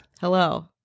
Hello